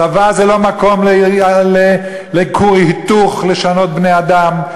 צבא זה לא מקום לכור היתוך לשנות בני-אדם.